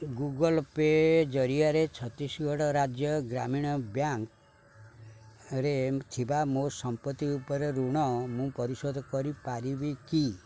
Google Pay ଜରିଆରେ ଛତିଶଗଡ଼ ରାଜ୍ୟ ଗ୍ରାମୀଣ ବ୍ୟାଙ୍କ୍ ରେ ଥିବା ମୋ ସମ୍ପତ୍ତି ଉପରେ ଋଣ ମୁଁ ପରିଶୋଧ କରିପାରିବି କି